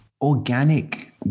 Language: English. organic